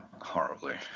horribly